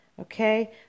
okay